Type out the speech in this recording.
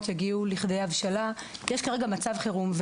יגיעו לכדי הבשלה יש כרגע מצב חירום.